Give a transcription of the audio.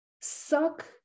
suck